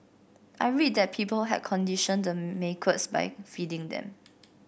I read that people had conditioned the macaques by feeding them